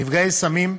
נפגעי סמים,